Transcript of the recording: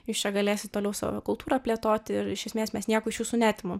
jūs čia galėsit toliau savo kultūrą plėtoti ir iš esmės nieko iš jūsų neatimam